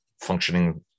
functioning